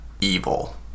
evil